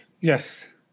yes